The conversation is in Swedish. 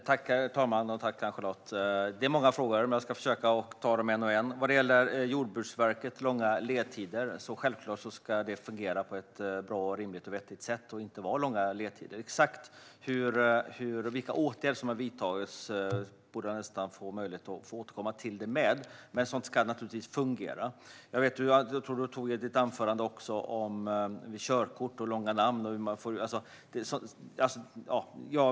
Herr talman! Det var många frågor, men jag ska försöka att ta dem en och en. Vad gäller Jordbruksverkets långa ledtider är detta självklart något som ska fungera på ett bra, rimligt och vettigt sätt - ledtiderna ska inte vara långa. Exakt vilka åtgärder som har vidtagits borde jag nästan få möjlighet att återkomma till dig med, Ann-Charlotte Hammar Johnsson, men sådant ska naturligtvis fungera. Jag tror att du i ditt anförande också talade om körkort och långa namn.